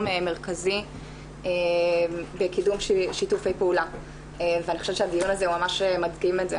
מרכזי בקידום שיתופי פעולה ואני חושבת שהדיון הזה ממש מדגים את זה.